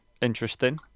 interesting